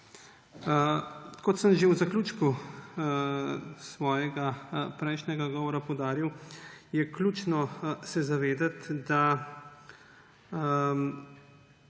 Kot sem že v zaključku svojega prejšnjega odgovora poudaril, se je ključno zavedati, da